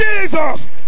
Jesus